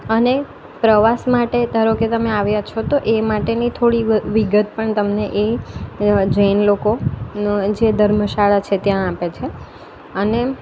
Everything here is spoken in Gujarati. અને પ્રવાસ માટે ધારો કે તમે આવ્યા છો તો એ માટેની થોડી વ વિગત પણ તમને એ જૈન લોકોનો જે ધર્મશાળા છે ત્યાં આપે છે અને